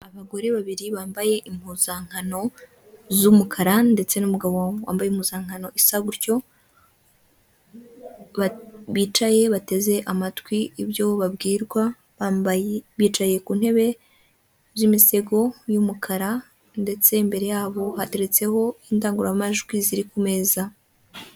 Abagore babiri bambaye impuzankano z'umukara ndetse' numugabo wambaye impuzankano isa gutyo bicaye bateze amatwi ibyo babwirwa bambaye bicaye ku ntebe z'imisego y'umukara ndetse imbere yabo hateretseho indangururamajwi ziri ku meza.